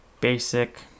basic